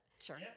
Sure